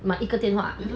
买一个电话